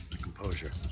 composure